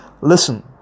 Listen